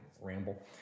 ramble